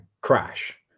crash